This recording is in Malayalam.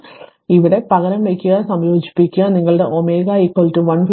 അതിനാൽ ഇവിടെ പകരം വയ്ക്കുക സംയോജിപ്പിക്കുക നിങ്ങളുടെ ഒമേഗ 156